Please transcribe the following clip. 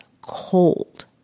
cold